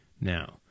now